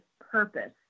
purpose